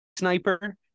Sniper